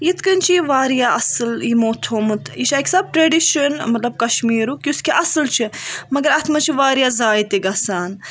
یِتھ کٔنی چھُ یہِ واریاہ اصل یِمو تھوومُت یہِ چھُ اَکہِ حسابہٕ ٹریڈِشن مطلب کَشمیٖرُک یُس کہِ اصل چھِ مگر اَتھ منٛز چھُ واریاہ زایہِ گَژھان